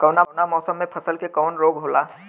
कवना मौसम मे फसल के कवन रोग होला?